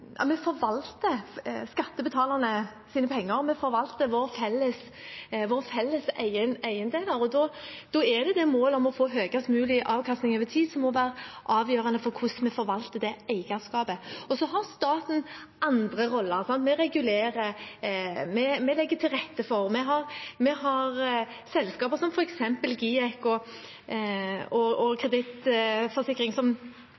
vi forvalter skattebetalernes penger, vi forvalter våre felles eiendeler. Da er det målet om å få høyest mulig avkastning over tid som må være avgjørende for hvordan vi forvalter det eierskapet. Så har staten andre roller – vi regulerer, vi legger til rette for, vi har selskaper som f.eks. GIEK